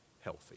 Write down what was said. healthy